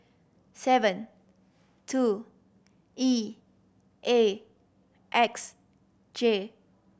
seven two E A X J